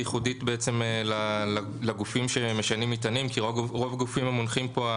היא ייחודית בעצם לגופים שמשנעים מטענים כי רוב הגופים המונחים פה,